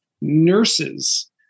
nurses